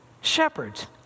shepherds